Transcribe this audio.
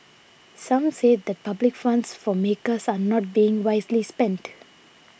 some said that public funds for makers are not being wisely spent